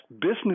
business